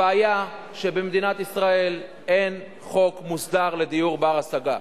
הבעיה היא שבמדינת ישראל אין חוק מוסדר לדיור בר-השגה.